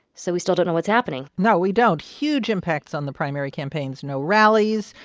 so we still don't know what's happening no, we don't. huge impacts on the primary campaigns no rallies,